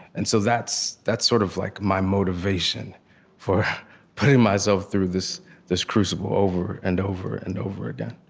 and so that's that's sort of like my motivation for putting myself through this this crucible over and over and over again.